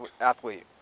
athlete